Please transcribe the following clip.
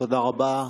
תודה רבה.